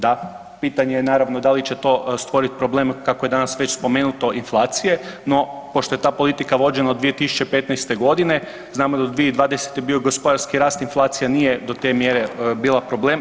Da, pitanje je naravno da li će to stvoriti problem kako je već danas spomenuto inflacije, no pošto je ta politika vođena od 2015. godine znamo da je do 2020. bio gospodarski rast, inflacija nije do te mjere bila problem.